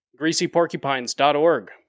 Greasyporcupines.org